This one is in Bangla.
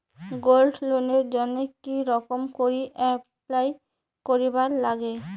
গোল্ড লোনের জইন্যে কি রকম করি অ্যাপ্লাই করিবার লাগে?